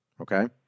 Okay